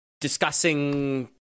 discussing